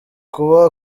kuba